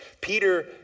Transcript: Peter